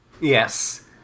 Yes